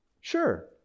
Sure